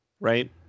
right